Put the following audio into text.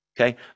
Okay